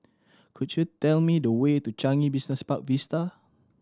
could you tell me the way to Changi Business Park Vista